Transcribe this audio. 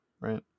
Right